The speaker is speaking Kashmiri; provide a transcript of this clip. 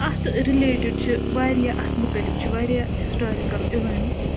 اَتھ رِلیٹِڈ چھِ واریاہ اَتھ مُتعلِق چھِ واریاہ ہِسٹارِکَل اِوٮ۪نٛٹٕس